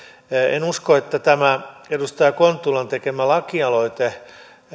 en usko että tämä edustaja kontulan tekemä lakialoite